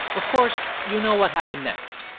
of course, you know what happened next.